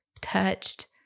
touched